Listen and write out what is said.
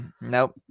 Nope